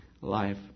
life